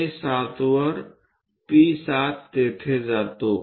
A7 वर P7 तिथे जातो